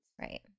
Right